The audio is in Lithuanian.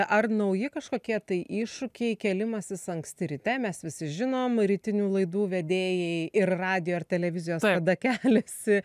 ar nauji kažkokie tai iššūkiai kėlimasis anksti ryte mes visi žinom rytinių laidų vedėjai ir radijo ir televizijos tada keliasi